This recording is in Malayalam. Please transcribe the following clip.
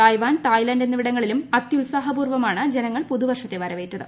തായ്വാൻ തായ്ലാന്റ് എന്നിവിടങ്ങളിലും അത്യുത്സാഹപൂർവ്വമാണ് ജനങ്ങൾ പുതുവർഷത്തെ വരവേറ്റത്